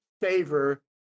favor